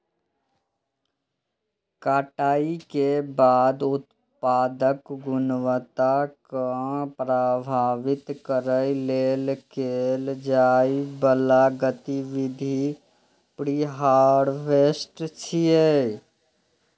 कटाइ के बाद उत्पादक गुणवत्ता कें प्रभावित करै लेल कैल जाइ बला गतिविधि प्रीहार्वेस्ट छियै